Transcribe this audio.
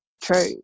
true